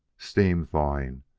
steam-thawing!